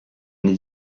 n’y